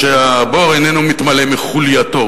שהבור איננו מתמלא מחולייתו,